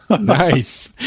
Nice